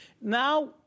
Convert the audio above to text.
Now